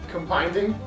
Combining